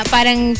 Parang